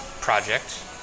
project